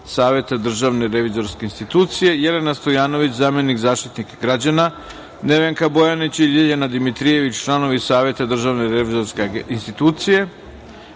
Saveta Državne revizorske institucije, Jelena Stojanović, zamenik Zaštitnika građana, Nevenka Bojanić i Ljiljana Dimitrijević, članovi Saveta Državne revizorske institucije,